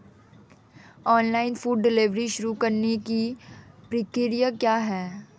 Online food delivery शुरू करने की प्रक्रिया क्या है?